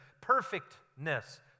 perfectness